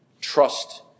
Trust